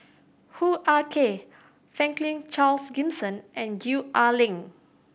Hoo Ah Kay Franklin Charles Gimson and Gwee Ah Leng